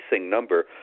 number